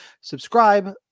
Subscribe